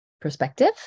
perspective